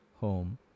home